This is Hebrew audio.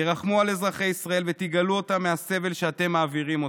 תרחמו על אזרחי ישראל ותגאלו אותם מהסבל שאתם מעבירים אותם.